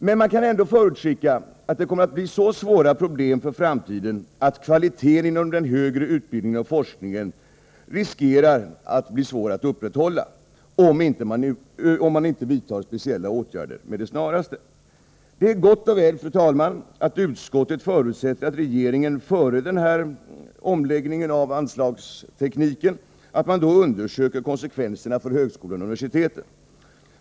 Men man kan ändå förutskicka att det kommer att bli så svåra problem i framtiden att vi riskerar att kvaliteten inom den högre utbildningen och forskningen kommer att bli svår att upprätthålla, om man inte vidtar särskilda åtgärder med det snaraste. Det är gott och väl, fru talman, att utskottet förutsätter att regeringen före denna omläggning av anslagstekniken undersöker konsekvenserna för högskolorna och universiteten.